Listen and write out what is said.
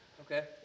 okay